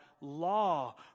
law